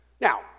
Now